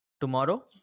tomorrow